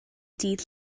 dydd